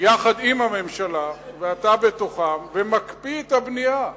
יחד עם הממשלה, ואתה בתוכה, ומקפיא את הבנייה.